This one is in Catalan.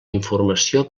informació